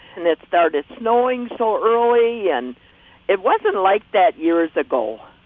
and it started snowing so early. and it wasn't like that years ago.